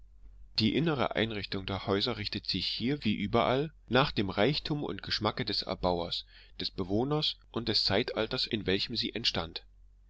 die innere einrichtung der häuser richtet sich hier wie überall nach dem reichtum und geschmacke des erbauers des bewohners und des zeitalters in welchem sie entstand